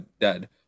dead